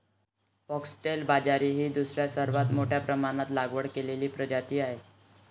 foxtail बाजरी ही दुसरी सर्वात मोठ्या प्रमाणात लागवड केलेली प्रजाती आहे